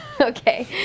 okay